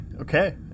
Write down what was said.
Okay